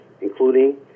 including